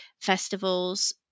festivals